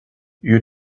you